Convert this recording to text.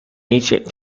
ancient